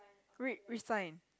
read which sign